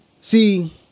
See